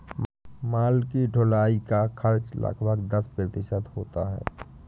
माल की ढुलाई का खर्च लगभग दस प्रतिशत होता है